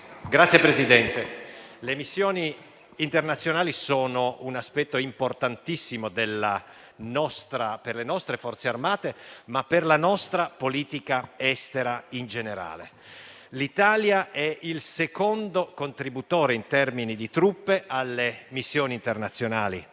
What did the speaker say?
Signor Presidente, le missioni internazionali sono un aspetto importantissimo per le nostre Forze armate e per la nostra politica estera in generale. L'Italia è il secondo contributore in termini di truppe alle missioni internazionali